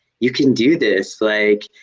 you can do this. like,